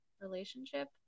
relationship